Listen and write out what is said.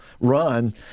run